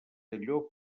allò